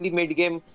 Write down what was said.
mid-game